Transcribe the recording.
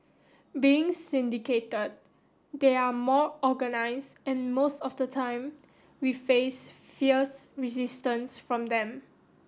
being syndicated they are more organised and most of the time we face fierce resistance from them